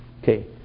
Okay